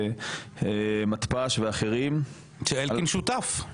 ומתפ"ש ואחרים -- שאלקין שותף, הוא יודע את זה.